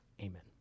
Amen